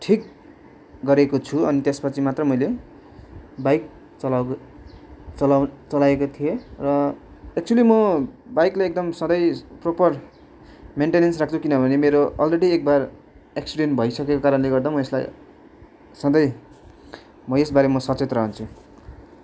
ठिक गरेको छु अनि त्यसपछि मात्रै मैले बाइक चलाउ चलाउ चलाएको थिएँ र एक्चुवल्ली म बाइकलाई एकदम सधैँ प्रोपर मेन्टेनेन्स राख्छु किनभने मेरो अलरेडी एक बार एक्सिडेन्ट भइसकेको कारणले गर्दा म यसलाई सधैँ म यसबारे म सचेत रहन्छु